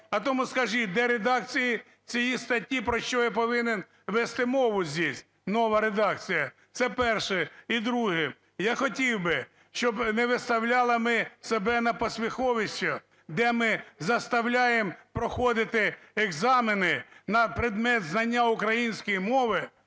А тому скажіть, де редакції цієї статті, про що я повинен вести мову здесь, нова редакція? Це перше. І друге. Я хотів би, щоб не виставляли ми себе на посміховище, де ми заставляємо проходити екзамени на предмет знання української мови